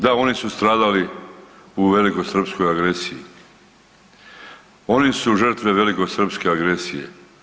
Da, oni su stradali u velikosrpskoj agresiji, oni su žrtve velikosrpske agresije.